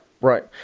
Right